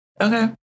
Okay